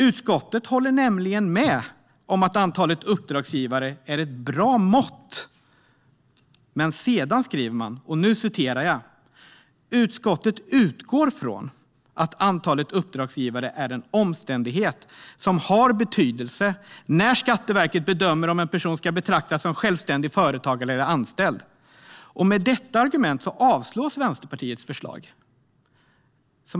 Utskottet håller nämligen med om att antalet uppdragsgivare är ett bra mått, men sedan skriver man: "Utskottet utgår från att antalet uppdragsgivare . är en omständighet som har betydelse när Skatteverket bedömer om en person ska betraktas som självständig företagare eller anställd" - och med detta argument avslås Vänsterpartiets förslag!